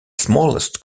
smallest